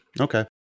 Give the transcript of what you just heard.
Okay